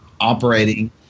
operating